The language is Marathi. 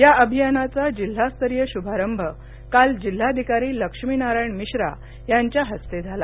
या अभियानाचा जिल्हास्तरीय शुभारंभ काल जिल्हाधिकारी लक्ष्मीनारायण मिश्रा यांच्या हस्ते झाला